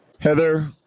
Heather